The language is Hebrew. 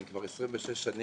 אני כבר 26 שנים,